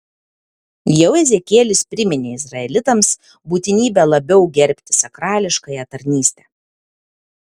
jau ezekielis priminė izraelitams būtinybę labiau gerbti sakrališkąją tarnystę